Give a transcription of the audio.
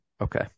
Okay